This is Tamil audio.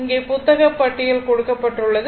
இங்கே புத்தகப் பட்டியல் கொடுக்கப்பட்டுள்ளது